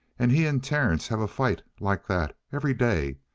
and he and terence have a fight like that every day.